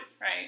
right